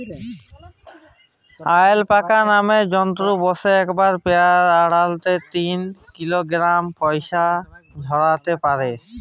অয়ালাপাকা নামের জন্তুটা বসরে একবারে পেরায় আঢ়াই লে তিন কিলগরাম পসম ঝরাত্যে পারে